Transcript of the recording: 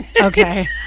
Okay